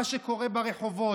מה שקורה ברחובות,